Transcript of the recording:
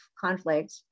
conflict